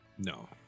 No